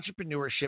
entrepreneurship